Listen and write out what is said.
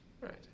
Right